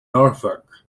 norfolk